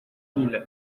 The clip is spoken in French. mille